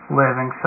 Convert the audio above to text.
living